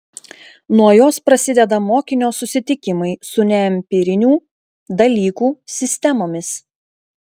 nuo jos prasideda mokinio susitikimai su neempirinių dalykų sistemomis